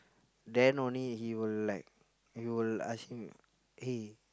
then only he will like we will ask him eh